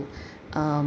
um